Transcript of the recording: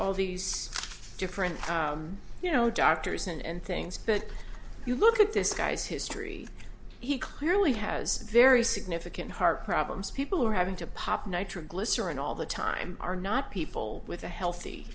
all these different you know doctors and things but you look at this guy's history he clearly has very significant heart problems people who are having to pop nitroglycerin all the time are not people with a healthy